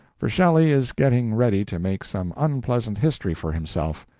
for shelley is getting ready to make some unpleasant history for himself,